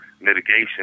mitigation